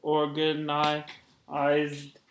organized